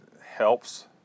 helps